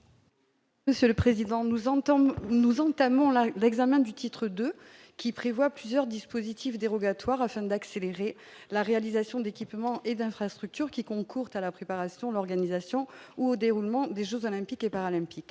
Monsieur le président, nous entendons nous entamons la l'examen du titre 2 qui prévoit plusieurs dispositifs dérogatoires afin d'accélérer la réalisation d'équipements et d'infrastructures qui concourent à la préparation, l'organisation ou au déroulement des Jeux olympiques et paralympiques